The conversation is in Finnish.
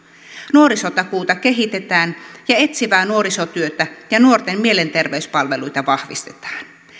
nuorisotakuuta kehitetään ja etsivää nuorisotyötä ja nuorten mielenterveyspalveluita vahvistetaan